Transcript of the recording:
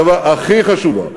הכי חשובה.